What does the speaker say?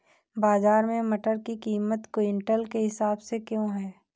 बाजार में मटर की कीमत क्विंटल के हिसाब से क्यो है?